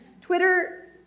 Twitter